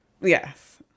Yes